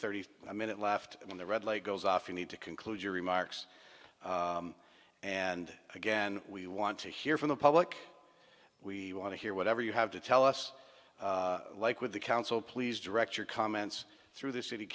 thirty minutes left in the red light goes off you need to conclude your remarks and again we want to hear from the public we want to hear whatever you have to tell us like with the council please direct your comments through the city